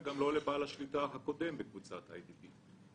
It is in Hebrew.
וגם לא לבעל השליטה הקודם בקבוצת אי די בי.